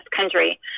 country